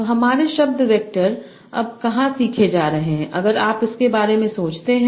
तो हमारे शब्द वेक्टर अब कहाँ सीखे जा रहे हैं अगर आप इसके बारे में सोचते हैं